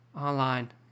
online